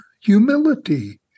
humility